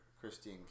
Christine